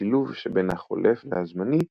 כשילוב שבין החולף והזמני,